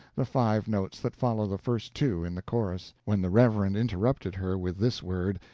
the five notes that follow the first two in the chorus, when the reverend interrupted her with this word,